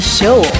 show